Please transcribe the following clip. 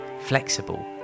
flexible